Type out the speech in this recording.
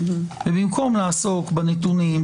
ובמקום לעסוק בנתונים,